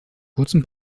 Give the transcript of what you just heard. kurzen